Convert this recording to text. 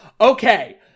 Okay